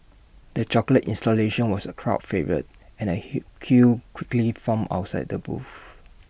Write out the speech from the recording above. the chocolate installation was A crowd favourite and A hill queue quickly formed outside the booth